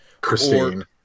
Christine